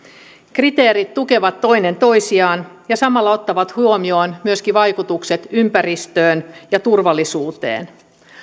kriteerit tukevat toinen toisiaan ja samalla ottavat huomioon myöskin vaikutukset ympäristöön ja turvallisuuteen